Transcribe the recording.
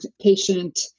patient